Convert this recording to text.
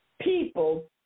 people